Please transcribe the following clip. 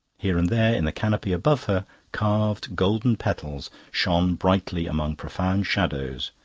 here and there in the canopy above her carved golden petals shone brightly among profound shadows,